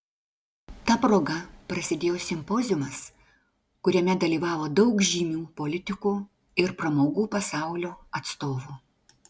ta proga prasidėjo simpoziumas kuriame dalyvavo daug žymių politikų ir pramogų pasaulio atstovų